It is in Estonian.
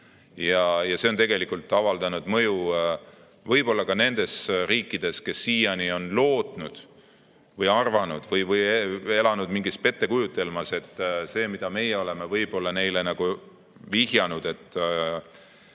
See on avaldanud mõju võib-olla ka nendes riikides, kes siiani on lootnud või arvanud või elanud mingis pettekujutelmas, et see, mida meie oleme neile nagu vihjanud, et